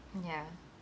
ya